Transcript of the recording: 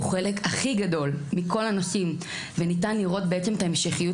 הוא החלק הכי גדול מכל הנושאים וניתן לראות את ההמשכיות